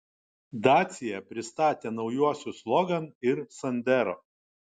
dacia pristatė naujuosius logan ir sandero